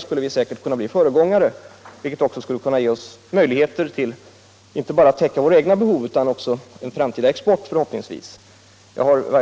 skulle vi sannolikt kunna bli föregångare. Det skulle då inte bara ge oss möjligheter att täcka våra egna behov utan också förhoppningsvis tillföra oss en framtida export.